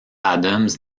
adams